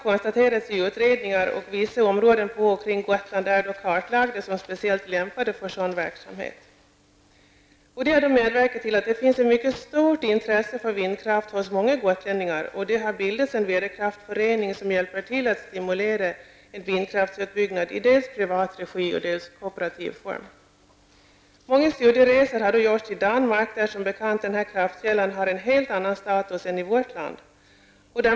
Genom utredningar har det kartlagts att vissa områden på och kring Gotland är kartlagda som speciellt lämpade för sådan verksamhet. Det har medverkat till att det finns ett mycket stort intresse för vindkraft hos många gotlänningar. En väderkraftsförening har bildats, som hjälper till att stimulera en vindkraftsutbyggnad dels i privat regi, dels i kooperativ form. Många studieresor har gjorts till Danmark, där som bekant denna kraftkälla har en helt annan status än i vårt land.